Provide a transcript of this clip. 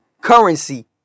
Currency